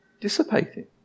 dissipating